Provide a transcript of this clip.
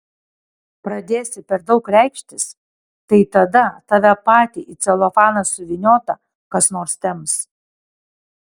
pradėsi per daug reikštis tai tada tave patį į celofaną suvyniotą kas nors temps